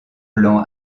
blanc